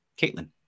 Caitlin